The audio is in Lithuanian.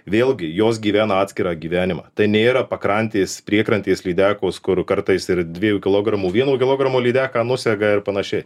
vėlgi jos gyvena atskirą gyvenimą tai nėra pakrantės priekrantės lydekos kur kartais ir dviejų kilogramų vieno kilogramo lydeką nusega ir panašiai